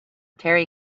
terry